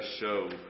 show